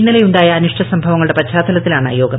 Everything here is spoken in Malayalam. ഇന്നലെയുണ്ടായ അനിഷ്ടസംഭവങ്ങളുടെ പശ്ചാത്തലത്തിലാണ് യോഗം